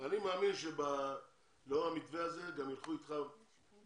אני מאמין שלאור המתווה הזה גם יילכו איתך בהבנה